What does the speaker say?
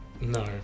No